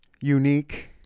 unique